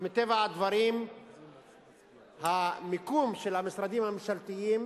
ומטבע הדברים המיקום של המשרדים הממשלתיים